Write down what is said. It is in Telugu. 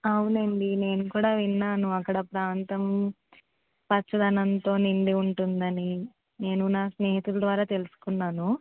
అవునండి నేనుకూడా విన్నాను అక్కడ ప్రాంతం పచ్చదనంతో నిండి ఉంటుందని నేను నా స్నేహితుల ద్వారా తెలుసుకున్నాను